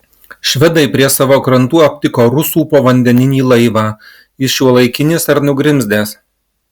švedai prie savo krantų aptiko rusų povandeninį laivą jis šiuolaikinis ar nugrimzdęs